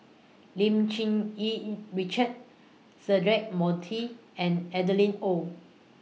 Lim Cherng Yih Richard Cedric Monteiro and Adeline Ooi